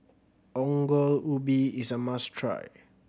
Ongol Ubi is a must try